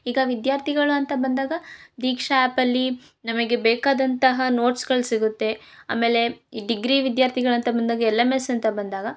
ಈಗ ವಿದ್ಯಾರ್ಥಿಗಳು ಅಂತ ಬಂದಾಗ ದೀಕ್ಷಾ ಆ್ಯಪಲ್ಲಿ ನಮಗೆ ಬೇಕಾದಂತಹ ನೋಟ್ಸ್ಗಳ್ ಸಿಗುತ್ತೆ ಆಮೇಲೆ ಈ ಡಿಗ್ರಿ ವಿದ್ಯಾರ್ಥಿಗಳ್ ಅಂತ ಬಂದಾಗ ಎಲ್ ಎಮ್ ಎಸ್ ಅಂತ ಬಂದಾಗ